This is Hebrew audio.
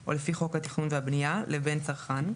או לפי חוק התכנון והבנייה, לבין צרכן,